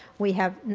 we have,